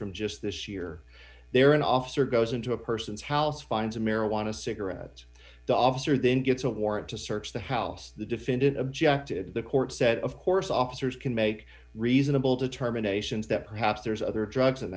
from just this year there an officer goes into a person's house finds a marijuana cigarette the officer then gets a warrant to search the house the defendant objected the court said of course officers can make reasonable to terminations that perhaps there's other drugs in